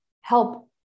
help